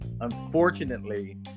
Unfortunately